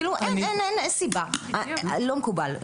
לא מקובל.